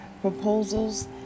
proposals